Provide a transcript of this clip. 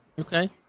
Okay